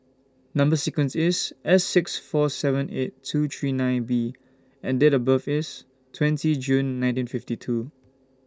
Number sequence IS S six four seven eight two three nine B and Date of birth IS twenty June nineteen fifty two